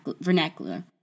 vernacular